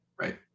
Right